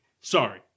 Sorry